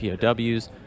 POWs